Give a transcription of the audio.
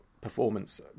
performance